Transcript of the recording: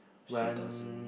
she doesn't